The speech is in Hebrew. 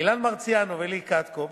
אילן מרסיאנו ולי קטקוב,